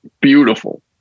beautiful